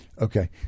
Okay